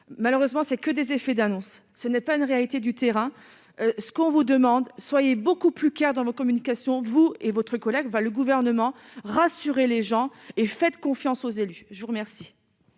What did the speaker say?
malheureusement, c'est que des effets d'annonce, ce n'est pas une réalité du terrain, ce qu'on vous demande, soyez beaucoup plus clairs dans leur communication, vous et votre collègue va le gouvernement rassurer les gens et faites confiance aux élus, je vous remercie.